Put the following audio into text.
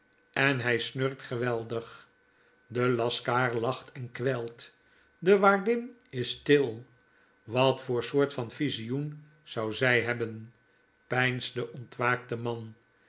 en hy snurkt geweldig de laskaar lacht en kwijlt de waardin is stil wat voor soort van visioenzouzyhebben peinst de ontwaakte man